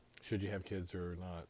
should-you-have-kids-or-not